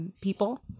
people